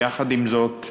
יחד עם זאת,